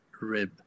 rib